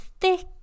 thick